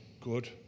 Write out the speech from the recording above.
good